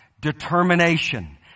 determination